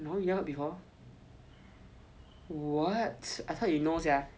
no you haven't heard before